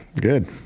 good